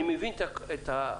אני מבין את החוסר,